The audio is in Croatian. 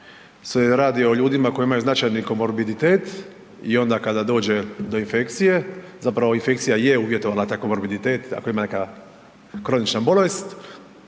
da se radi o ljudima koji imaju značajan komorbiditet i onda kada dođe do infekcije, zapravo infekcija je uvjetovala taj komorbiditet, ako ima neka kronična bolest,